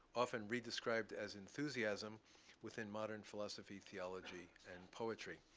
often redescribed as enthusiasm within modern philosophy, theology, and poetry.